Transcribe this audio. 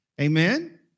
Amen